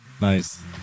Nice